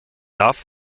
darf